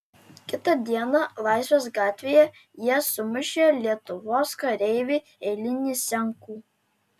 kitą dieną laisvės gatvėje jie sumušė lietuvos kareivį eilinį senkų